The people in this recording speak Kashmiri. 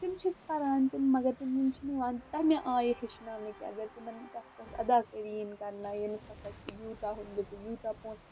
تِم چھِ پَران تِم مگر تِم چھِنہٕ یِوان تَمہِ آیہِ ہیٚچھناونہٕ کہِ اَگر تِمن تَتھ پٮ۪ٹھ اداکٲری یِن کرنہٕ ییٚمِس ہسا چھُ یوٗتاہ ہُہ دیُت یوٗتاہ پونٛسہٕ